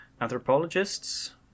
anthropologists